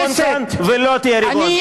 אתה לא ריבון כאן, ולא תהיה ריבון כאן.